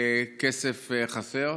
כסף חסר.